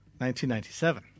1997